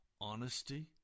honesty